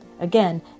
Again